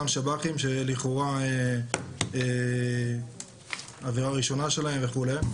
אחרי אותם שב"חים שלכאורה עבירה ראשונה שלהם וכולי.